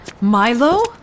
Milo